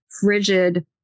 frigid